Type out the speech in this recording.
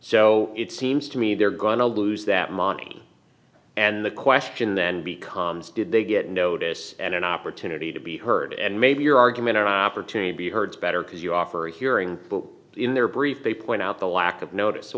so it seems to me they're going to lose that money and the question then becomes did they get notice and an opportunity to be heard and maybe your argument opportunity be heard better because you offer a hearing in their briefs they point out the lack of notice so